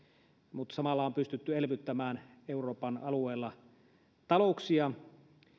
mutta samalla on pystytty elvyttämään euroopan alueella talouksia